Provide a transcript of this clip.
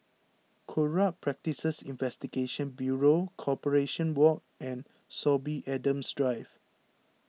Corrupt Practices Investigation Bureau Corporation Walk and Sorby Adams Drive